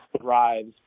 thrives